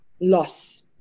loss